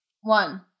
One